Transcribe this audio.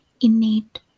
innate